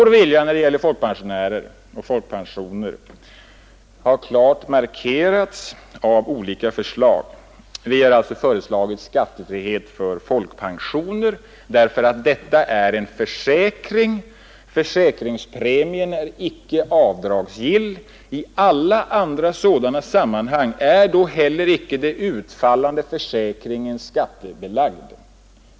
Vår vilja när det gäller folkpensionärer och folkpensioner har klart markerats genom olika förslag. Vi har alltså föreslagit skattefrihet för folkpensioner, därför att dessa är en försäkring. Däremot är inte försäkringspremien avdragsgill. I alla andra sådana sammanhang är då heller icke den utfallande försäkringen skattebelagd.